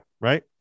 Right